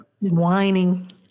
Whining